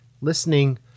listening